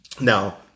Now